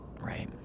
right